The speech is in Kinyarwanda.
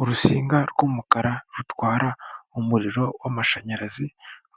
Urusinga rw'umukara rutwara umuriro w'amashanyarazi